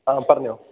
ആ പറഞ്ഞുകൊള്ളൂ